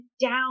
down